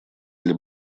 для